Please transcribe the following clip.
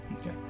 Okay